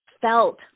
felt